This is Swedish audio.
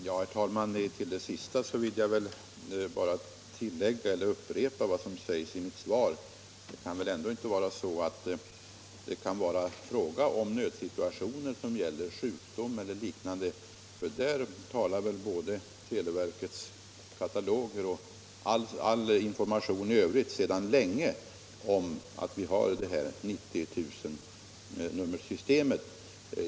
Herr talman! Till det senaste vill jag bara upprepa vad som sägs i mitt svar. Det kan väl ändå inte vara fråga om nödsituationer som gäller sjukdom och liknande, för i sådana fall talar både televerkets kataloger och all information i övrigt sedan länge om att vi har SOS-tjänsten via numret 90 000.